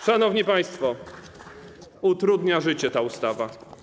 Szanowni państwo, utrudnia życie ta ustawa.